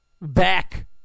back